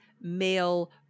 male